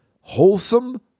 wholesome